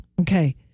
Okay